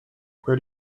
where